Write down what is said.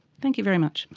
thank you very much.